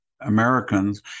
Americans